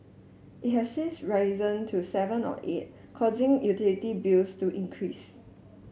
it has since risen to seven or eight causing utility bills to increase